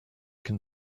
can